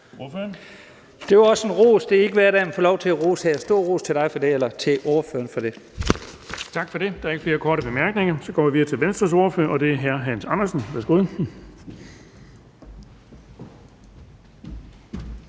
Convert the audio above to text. Det var også ros. Det er ikke hver dag, man får lov til at rose, så en stor ros til ordføreren for det. Kl. 14:50 Den fg. formand (Erling Bonnesen): Tak for det. Der er ikke flere korte bemærkninger. Så går vi videre til Venstres ordfører, og det er hr. Hans Andersen. Værsgo.